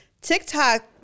TikTok